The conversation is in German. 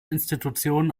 institution